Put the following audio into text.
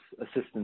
assistance